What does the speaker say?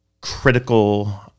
critical